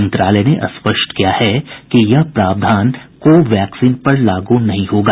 मंत्रालय ने स्पष्ट किया है कि यह प्रावधान को वैक्सीन पर लागू नहीं होगा